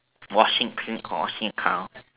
washing washing the car